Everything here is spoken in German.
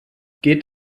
geht